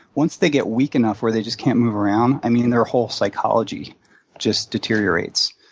once they get weak enough where they just can't move around, i mean, their whole psychology just deteriorates.